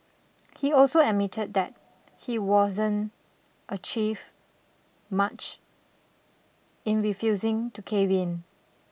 he also admitted that he wasn't achieved much in refusing to cave in